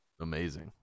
Amazing